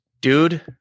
Dude